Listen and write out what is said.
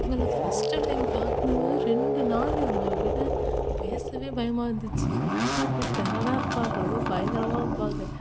அவங்கள first time பார்க்கும்மோது ரெண்டு நாள் அவங்கக்கிட்ட பேசவே பயமாக இருந்துச்சு ரொம்ப அப்படியே டெரராக இருப்பாங்க ரொம்ப பயங்கரமாக இருப்பாங்க